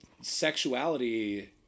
sexuality